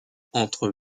entre